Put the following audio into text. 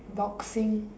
boxing